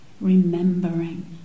remembering